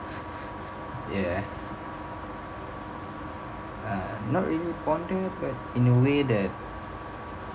ya ah not really bonded but in a way that